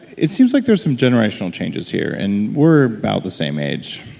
it seems like there's some generational changes here, and we're about the same age.